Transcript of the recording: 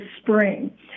spring